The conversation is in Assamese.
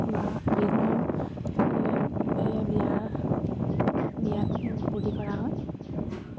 বা বিহুিলে বিয়াৰ বিয়াত ফূৰ্তি কৰা হয়